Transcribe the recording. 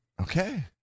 Okay